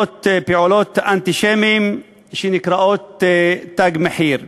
פעולות של אנטישמים, שנקראות "תג מחיר".